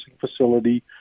facility